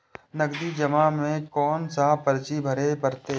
नगदी जमा में कोन सा पर्ची भरे परतें?